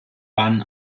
waren